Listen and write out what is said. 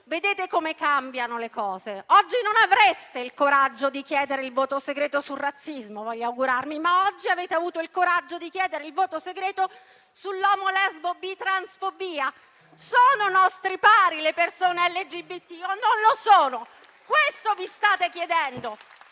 Vedete come cambiano le cose. Oggi non avreste il coraggio di chiedere il voto segreto sul razzismo, almeno voglio augurarmelo, ma oggi avete avuto il coraggio di chiedere il voto segreto sulla omolesbobitransfobia. Sono nostri pari le persone LGBT o non lo sono? Questo vi state chiedendo!